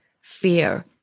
fear